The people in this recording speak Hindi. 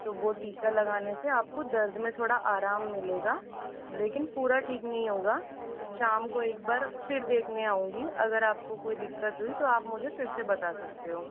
तो वो टीका लगाने से आपको दर्द में थोड़ा आराम मिलेंगा लेकिन पूरा ठीक नहीं होगा शाम को एक बार फिर देखने आउंगी अगर आपको कोई दिक्कत हुई तो आप मुझे फिर से बता सकते हो